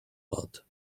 lot